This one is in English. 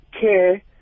care